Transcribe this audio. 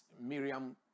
miriam